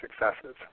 successes